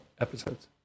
episodes